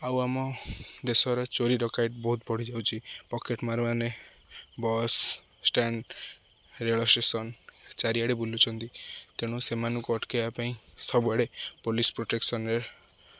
ଆଉ ଆମ ଦେଶର ଚୋରି ଡ଼କାୟତ୍ ବହୁତ ବଢ଼ିଯାଉଛି ପକେଟ୍ମାର୍ମାନେ ବସ୍ ଷ୍ଟାଣ୍ଡ ରେଳ ଷ୍ଟେସନ୍ ଚାରିଆଡ଼େ ବୁଲୁଛନ୍ତି ତେଣୁ ସେମାନଙ୍କୁ ଅଟକେଇବା ପାଇଁ ସବୁଆଡ଼େ ପୋଲିସ୍ ପ୍ରୋଟେକ୍ସନ୍ରେ